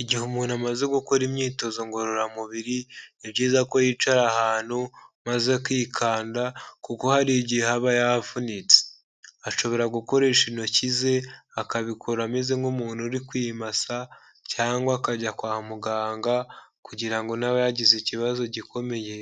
Igihe umuntu amaze gukora imyitozo ngororamubiri, ni byiza ko yicara ahantu maze akikanda, kuko hari igihe aba yavunitse, ashobora gukoresha intoki ze, akabikora ameze nk'umuntu uri kwimasa cyangwa akajya kwa muganga kugira ngo naba yagize ikibazo gikomeye